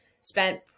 spent